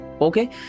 Okay